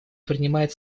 принимает